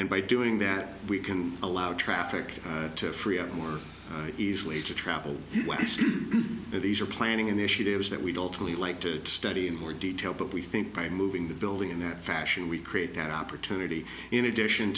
and by doing that we can allow traffic to free up more easily to travel these are planning initiatives that we don't really like to study in more detail but we think by moving the building in that fashion we create that opportunity in addition